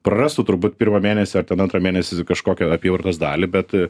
prarastų turbūt pirmą mėnesį ar ten antrą mėnesį kažkokią apyvartos dalį bet